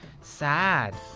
sad